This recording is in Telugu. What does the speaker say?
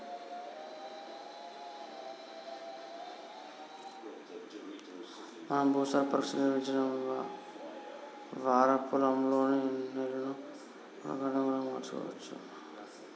మనం భూసార పరీక్షలు నిర్వహించడం వారా పొలంలోని నేలను పంటలకు అనుకులంగా మార్చవచ్చు